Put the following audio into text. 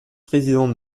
président